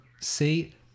See